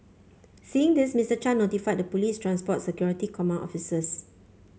seeing this Mister Chan notified the police's transport security command officers